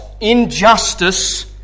injustice